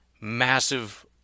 massive